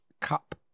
cup